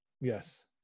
Yes